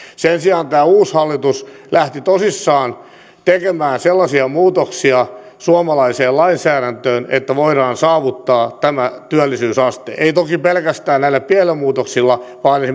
sen sijaan tämä uusi hallitus lähti tosissaan tekemään sellaisia muutoksia suomalaiseen lainsäädäntöön että voidaan saavuttaa tämä työllisyysaste ei toki pelkästään näillä pienillä muutoksilla vaan